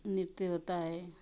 नृत्य होता है